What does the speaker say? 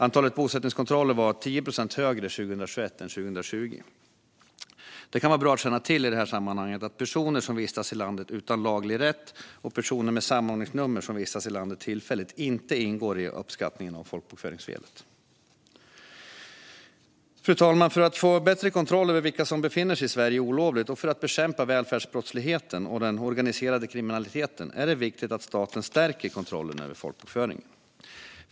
Antalet bosättningskontroller var 10 procent högre 2021 än 2020. Det kan i sammanhanget vara bra att känna till att personer som vistas i landet utan laglig rätt och personer med samordningsnummer som vistas i landet tillfälligt inte ingår i uppskattningen av folkbokföringsfelet. Fru talman! För att få bättre kontroll över vilka som befinner sig i Sverige olovligt och för att bekämpa välfärdsbrottsligheten och den organiserade kriminaliteten är det viktigt att staten stärker kontrollen över folkbokföringen.